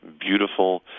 beautiful